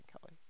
Kelly